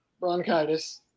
bronchitis